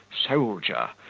soldier,